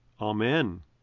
Amen